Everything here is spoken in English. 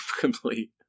complete